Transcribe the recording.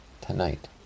tonight